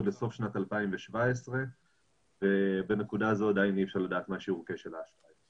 לסוף שנת 2017. בנקודה זו עדיין אי אפשר לדעת מה שיעור כשל האשראי.